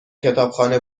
کتابخانه